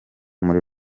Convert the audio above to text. muri